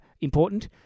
important